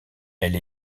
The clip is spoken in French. elle